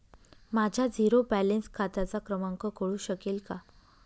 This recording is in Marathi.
माझ्या झिरो बॅलन्स खात्याचा क्रमांक कळू शकेल का?